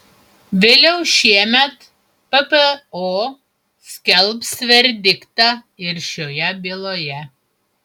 vėliau šiemet ppo skelbs verdiktą ir šioje byloje